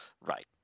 right